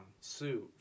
Sue